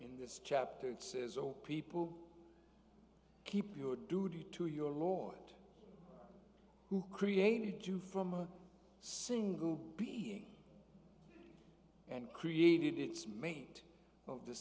in this chapter it's as old people keep your duty to your lord who created you from a single being and created it's made of the